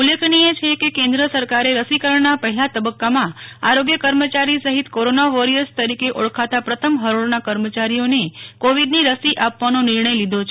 ઉલ્લેખનીય છે કે કેન્દ્ર સરકારે રસીકરણના પહેલા તબક્કામાં આરોગ્ય કર્મચારી સહિત કોરોના વોરિયર્સ તરીકે ઓળખાતા પ્રથમ હરોળના કર્મચારીઓને કોવિડની રસી આપવાનો નિર્ણય લીધો છે